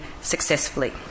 successfully